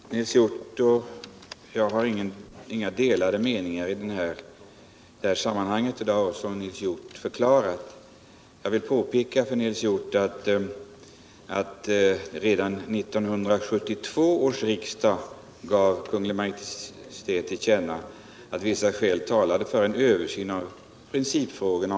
Herr talman! Nils Hjorth och jag har inga delade meningar i detta sammanhang, och det har Nils Hjorth också förklarat. Jag vill påpeka för Nils Hjorth att redan 1972 års riksdag gav Kungl. Maj:t till känna att vissa skäl talade för att en översyn av principfrågorna.